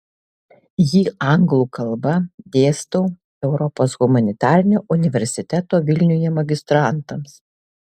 jį anglų kalba dėstau europos humanitarinio universiteto vilniuje magistrantams